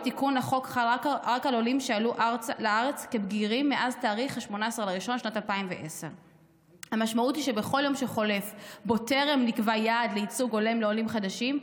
התיקון לחוק חל רק על עולים שעלו לארץ כבגירים מאז 18 בינואר 2010. המשמעות היא שבכל יום שחולף שבו טרם נקבע יעד לייצוג הולם לעולים חדשים,